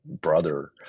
brother